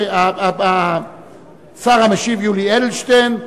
השר המשיב, יולי אדלשטיין.